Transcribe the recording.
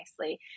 nicely